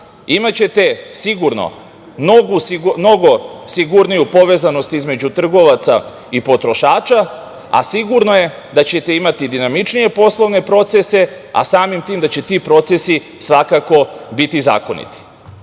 imaćete sigurno mnogo sigurniju povezanost između trgovaca i potrošača, a sigurno je da ćete imati dinamičnije poslovne procese, a samim tim da će ti procesi svakako biti zakoniti. Predlozi